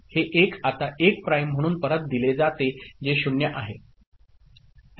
हे 1 आता 1 प्राइम म्हणून परत दिले जाते जे 0 आहे